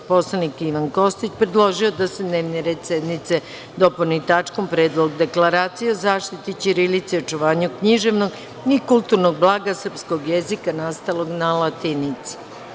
Narodni poslanik Ivan Kostić predložio je da se dnevni red sednice dopuni tačkom Predlog deklaracije o zaštiti ćirilice i očuvanju književnog i kulturnog blaga srpskog jezika nastalog na latinici.